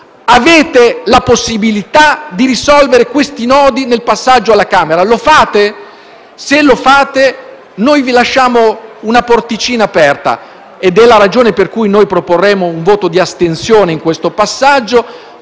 Avete la possibilità di risolvere questi nodi nel passaggio alla Camera. Lo farete? Se lo farete, noi vi lasciamo una porticina aperta (è questa la ragione per la quale proporremo un voto di astensione in questo passaggio);